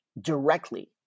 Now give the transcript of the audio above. directly